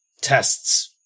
Tests